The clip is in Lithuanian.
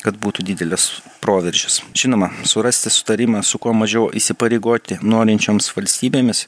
kad būtų didelis proveržis žinoma surasti sutarimą su kuo mažiau įsipareigoti norinčioms valstybėmis